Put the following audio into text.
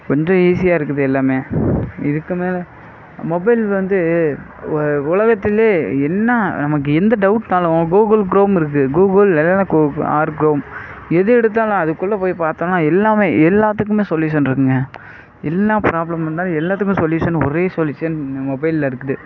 கொஞ்சம் ஈஸியாக இருக்குது எல்லாமே இதுக்கு மேலே மொபைல் வந்து ஒ உலகத்துலே என்ன நமக்கு எந்த டவுட்னாலும் கூகுள் க்ரோம் இருக்குது கூகுள் அல்லது க்ரோம் எது எடுத்தாலும் அது குள்ளே போய் பார்த்தோனா எல்லாமே எல்லாத்துக்குமே சொலியுஷன் இருக்குதுங்க என்னா ப்ராப்ளம் வந்தாலும் எல்லாத்துக்குமே சொலியுஷன் ஒரே சொலியுஷன் மொபைலில் இருக்குது